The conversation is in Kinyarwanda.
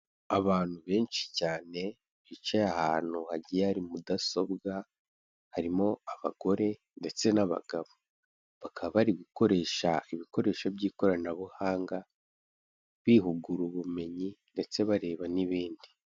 Abantu benshi cyane bicaye ahantu hagiye hari mudasobwa harimo abagore ndetse n'abagabo, bakaba bari gukoresha ibikoresho by'ikoranabuhanga bihugura ubumenyi ndetse bareba n'ibindi.